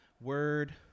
word